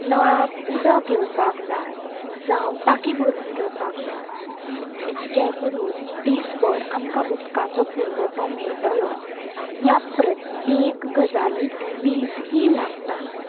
नळाक उदक घेवपाक जाय जावं टाकी भरून घेवपाक जाय जें करून दिसभर आमकां उदकाचो पुरवटो मेळटलो ह्या प्रत्येक गजालीक वीज ही लागताच